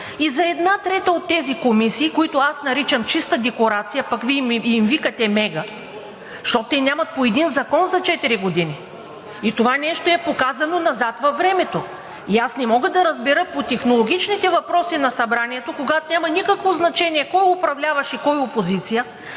и за една трета от тези комисии, които аз наричам чиста декорация, пък Вие им викате мега, защото те нямат по един закон за четири години. Това нещо е показано назад във времето. Аз не мога да разбера по технологичните въпроси на Събранието, когато няма никакво значение кой е управляващ и кой опозиция